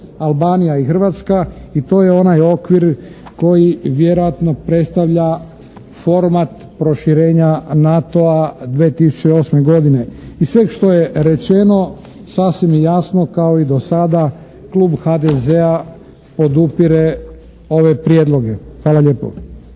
Albanija i Hrvatska i to je onaj okvir koji vjerojatno predstavlja format proširenja NATO-a 2008. godine. Iz svega što je rečeno sasvim je jasno kao i do sada Klub HDZ-a podupire ove prijedloge. Hvala lijepo.